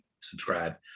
subscribe